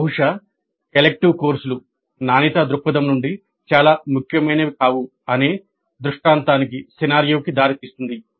ఇది బహుశా ఎలిక్టివ్ కోర్సులు దారితీస్తుంది